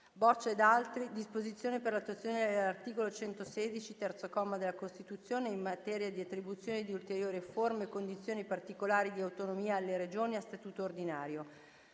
ed altri. -*** ***Disposizioni per l'attuazione dell'articolo 116, terzo comma, della Costituzione, in materia di attribuzione di ulteriori forme e condizioni particolari di autonomia alle regioni a statuto ordinario***